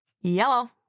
Yellow